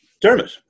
Dermot